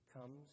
comes